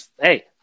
hey